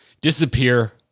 disappear